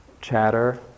chatter